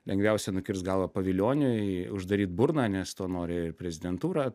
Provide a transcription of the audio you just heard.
lengviausia nukirst galvą pavilioniui uždaryt burną nes to nori prezidentūra